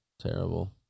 terrible